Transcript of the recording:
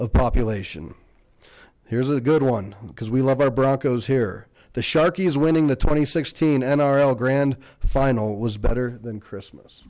of population here's a good one because we love our broncos here the sharkey is winning the twenty sixteen n r l grand final was better than christmas